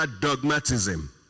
dogmatism